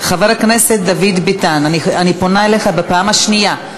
חבר הכנסת ביטן, אני פונה אליך בפעם השנייה.